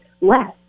less